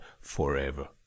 forever